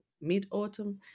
mid-autumn